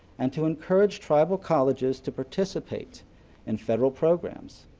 and to encourage tribal colleges to participate in federal programs.